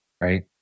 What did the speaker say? Right